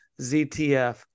ZTF